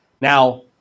Now